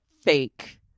fake